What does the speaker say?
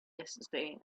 yesterday